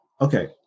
okay